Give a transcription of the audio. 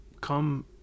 come